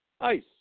ICE